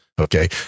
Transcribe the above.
okay